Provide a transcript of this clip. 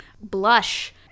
blush